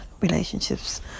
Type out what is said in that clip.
relationships